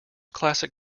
classic